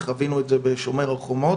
וחווינו את זה בשומר החומות,